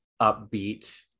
upbeat